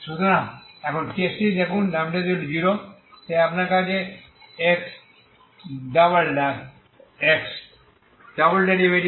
সুতরাং এখন কেসটি দেখুন λ 0 তাই আপনার কাছে Xx0 আছে